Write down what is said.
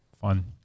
Fun